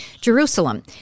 Jerusalem